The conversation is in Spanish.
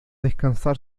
descansar